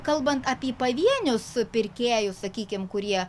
kalbant apie pavienius pirkėjus sakykim kurie